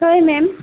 হয় মেম